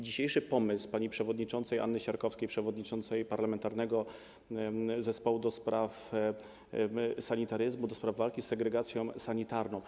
Dzisiejszy pomysł pani przewodniczącej Anny Siarkowskiej, przewodniczącej Parlamentarnego Zespołu ds. Sanitaryzmu, do spraw walki z segregacją sanitarną.